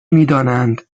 میدانند